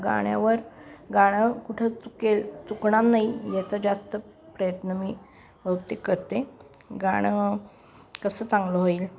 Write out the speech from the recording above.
गाण्यावर गाणं कुठं चुकेल चुकणार नाही याचा जास्त प्रयत्न मी बहुतेक करते गाणं कसं चांगलं होईल